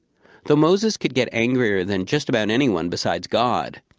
though moses could get angrier than just about anyone besides god,